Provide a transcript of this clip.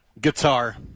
Guitar